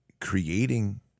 creating